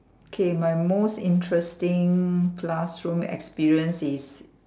K my most interesting classroom experience is